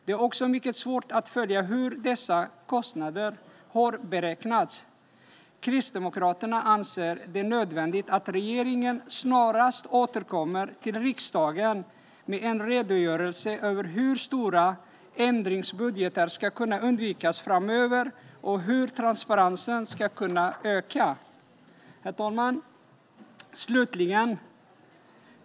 Det är också mycket svårt att följa hur dessa kostnader har beräknats. Kristdemokraterna anser det nödvändigt att regeringen snarast återkommer till riksdagen med en redogörelse för hur stora ändringsbudgetar ska kunna undvikas framöver och hur transparensen ska kunna öka. Herr talman!